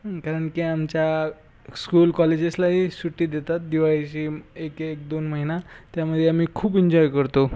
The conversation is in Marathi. कारण की आमच्या स्कूल कॉलेजेसलाही सुट्टी देतात दिवाळीची एक एक दोन महिना त्यामध्ये आम्ही खूप एन्जॉय करतो